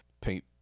paint